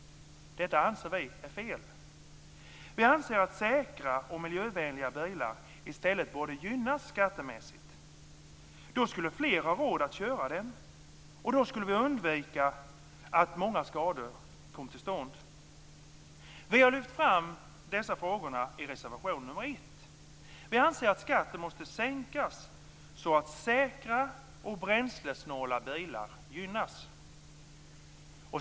Detta anser vi är fel. Vi anser att säkra och miljövänliga bilar i stället borde gynnas skattemässigt. Då skulle fler ha råd att köra dem och då skulle vi kunna undvika många skador. Vi har lyft fram dessa frågor i reservation nr 1. Vi anser att skatten måste sänkas så att säkra och bränslesnåla bilar gynnas.